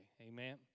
Amen